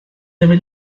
avez